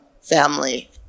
family